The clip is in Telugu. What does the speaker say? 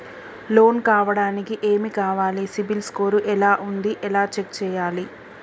లోన్ కావడానికి ఏమి కావాలి సిబిల్ స్కోర్ ఎలా ఉంది ఎలా చెక్ చేయాలి?